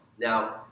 now